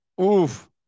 Oof